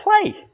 play